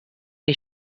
les